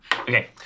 Okay